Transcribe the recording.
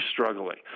struggling